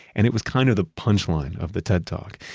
and it was kind of the punchline of the ted talk.